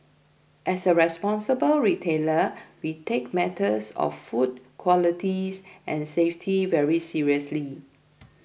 as a responsible retailer we take matters of food qualities and safety very seriously